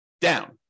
down